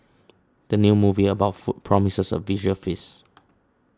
the new movie about food promises a visual feast